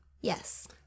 Yes